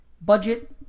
budget